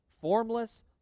formless